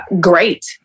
great